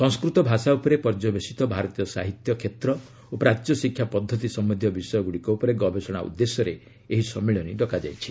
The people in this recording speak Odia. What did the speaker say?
ସଂସ୍କୃତ ଭାଷା ଉପରେ ପର୍ଯ୍ୟବେଶିତ ଭାରତୀୟ ସାହିତ୍ୟ କ୍ଷେତ୍ର ଓ ପ୍ରାଚ୍ୟ ଶିକ୍ଷା ପଦ୍ଧତି ସମ୍ଭନ୍ଧୀୟ ବିଷୟଗୁଡ଼ିକ ଉପରେ ଗବେଷଣା ଉଦ୍ଦେଶ୍ୟରେ ଏହି ସମ୍ମିଳନୀ ଡକାଯାଇଛି